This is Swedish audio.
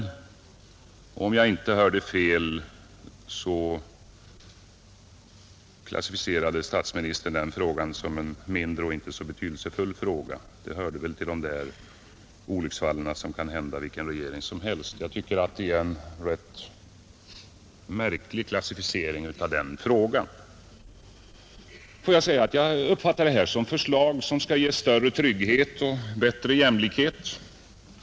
Om jag inte hörde fel, klassificerade statsministern den frågan som en mindre och inte så betydelsefull fråga. Det skulle höra till de där olycksfallen som kan hända vilken regering som helst. Jag tycker att det är en rätt märklig klassificering. Får jag säga att jag uppfattar detta som förslag som skall ge större trygghet och bättre jämlikhet.